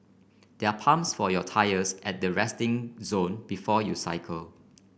there are pumps for your tyres at the resting zone before you cycle